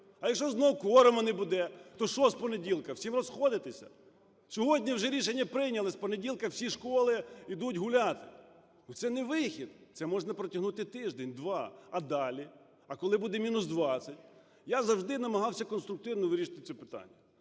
А якщо знову кворуму не буде, то що з понеділка всім розходитися? Сьогодні вже рішення прийняли, з понеділка всі школи йдуть гуляти, бо це не вихід, це можна протягнути тиждень-два. А далі? А коли буде мінус 20? Я завжди намагався конструктивно вирішити це питання,